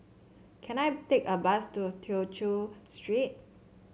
can I take a bus to Tew Chew Street